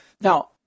Now